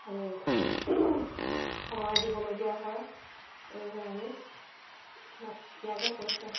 আমি চ সময় দিবলগীয়া হয় সেয়েহে আমি ইমা ইয়াকে কৈছোঁ আৰু